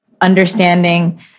understanding